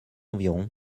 environ